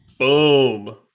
Boom